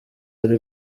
ari